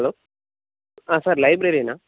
hello ஆ sir லைப்ரேரியனா